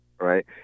right